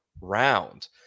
round